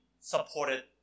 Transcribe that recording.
supported